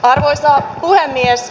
arvoisa puhemies